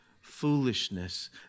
foolishness